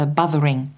bothering